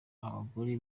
abagore